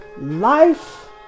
life